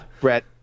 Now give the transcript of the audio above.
brett